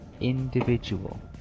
individual